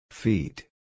Feet